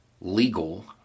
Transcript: legal